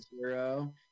zero